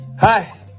Hi